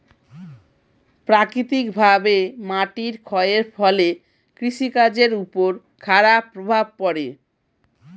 প্রাকৃতিকভাবে মাটির ক্ষয়ের ফলে কৃষি কাজের উপর খারাপ প্রভাব পড়ে